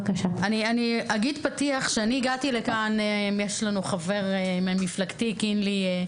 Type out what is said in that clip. בבקשה.) יש חבר ממפלגתי משה (קינלי)